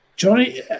Johnny